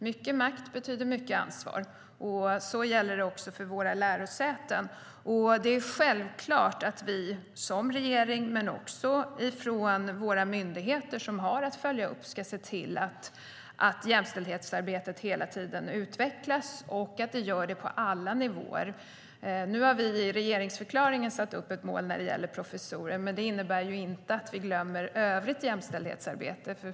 Mycket makt betyder mycket ansvar, och det gäller även våra lärosäten. Det är självklart att vi som regering men också våra myndigheter som har att följa upp ska se till att jämställdhetsarbetet hela tiden utvecklas och att det gör det på alla nivåer. Nu har vi i regeringsförklaringen satt upp ett mål när det gäller professorer, men det innebär inte att vi glömmer övrigt jämställdhetsarbete.